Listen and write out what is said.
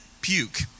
puke